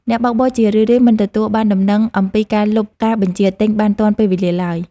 អ្នកបើកបរជារឿយៗមិនទទួលបានដំណឹងអំពីការលុបការបញ្ជាទិញបានទាន់ពេលវេលាឡើយ។